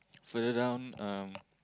further down um